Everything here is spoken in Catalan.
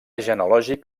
genealògic